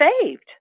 saved